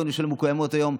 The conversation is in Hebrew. ראינו שלא מקוימות היום.